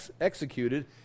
executed